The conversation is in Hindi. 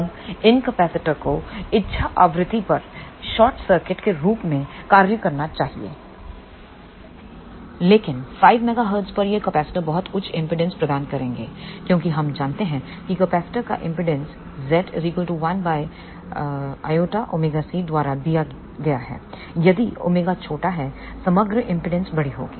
अब इन कैपेसिटर को इच्छा आवृत्ति पर शॉर्ट सर्किट के रूप में कार्य करना चाहिए लेकिन 5 मेगाहर्ट्ज पर ये कैपेसिटर बहुत उच्च इंपेडेंस प्रदान करेंगे क्योंकि हम जानते हैं कि कैपेसिटर का इंपेडेंस Z 1 j ω C द्वारा दिया गया है यदि ओमेगा छोटा है समग्र इंपेडेंस बड़ी होगी